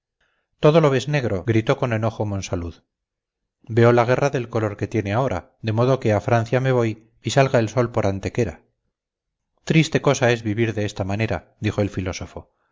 todo lo ves negro gritó con enojo monsalud veo la guerra del color que tiene ahora de modo que a francia me voy y salga el sol por antequera triste cosa es vivir de esta manera dijo el filósofo